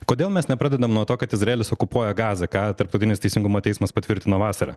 kodėl mes nepradedam nuo to kad izraelis okupuoja gazą ką tarptautinis teisingumo teismas patvirtino vasarą